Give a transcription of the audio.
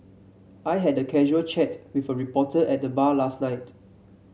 I had a casual chat with a reporter at the bar last night